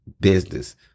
business